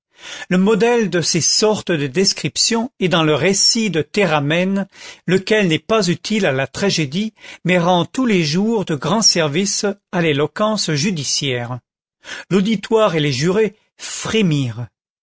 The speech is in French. le modèle de ces sortes de descriptions est dans le récit de théramène lequel n'est pas utile à la tragédie mais rend tous les jours de grands services à l'éloquence judiciaire l'auditoire et les jurés frémirent